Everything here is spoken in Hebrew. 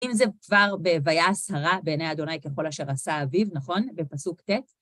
אם זה כבר בויעש הרע בעיני אדוני ככל אשר עשה אביו, נכון? בפסוק ט',